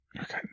Okay